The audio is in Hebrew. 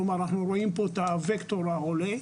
זאת אומרת אנחנו רואים פה את הווקטור העולה.